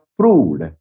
proved